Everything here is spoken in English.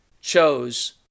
chose